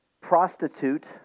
prostitute